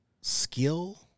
skill